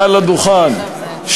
מעל הדוכן,